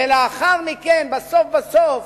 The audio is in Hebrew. ולאחר מכן, בסוף בסוף,